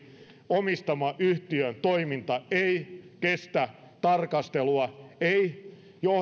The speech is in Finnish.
omistaman yhtiön toiminta ei kestä tarkastelua ei johdon